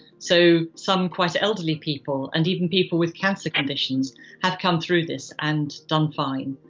so some quite elderly people and even people with cancer conditions have come through this and done fine.